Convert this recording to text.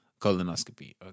colonoscopy